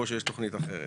כן.